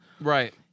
Right